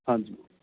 ਹਾਂਜੀ